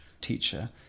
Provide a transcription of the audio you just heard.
teacher